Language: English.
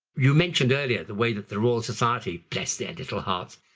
you mentioned earlier the way that the royal society, bless their little hearts,